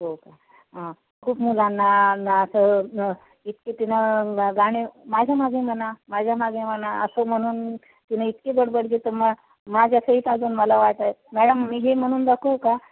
हो का ह खूप मुलांना असं इतके तिनं ग गाणे माझ्या मागे म्हणा माझ्या मागे म्हणा असं म्हणून तिनं इतकी बडबड गीतं मग माझ्या सहित अजून मला वाटलं मॅडम मी हे म्हणून दाखवू का